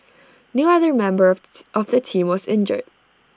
no other member of the team was injured